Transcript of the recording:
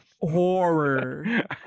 Horror